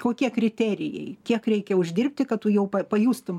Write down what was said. kokie kriterijai kiek reikia uždirbti kad tu jau pajustum